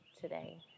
today